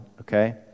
okay